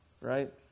right